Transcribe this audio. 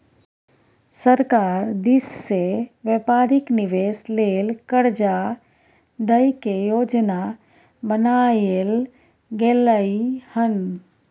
सरकार दिश से व्यापारिक निवेश लेल कर्जा दइ के योजना बनाएल गेलइ हन